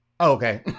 Okay